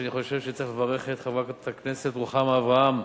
אני חושב שצריך לברך את חברת הכנסת רוחמה אברהם.